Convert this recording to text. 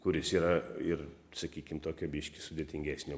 kuris yra ir sakykim tokio biškį sudėtingesnio